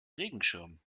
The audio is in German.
regenschirm